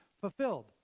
fulfilled